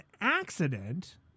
accident